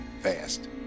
fast